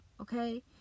okay